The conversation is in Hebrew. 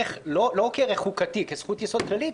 לא כערך חוקתי אלא כזכות יסוד כללית,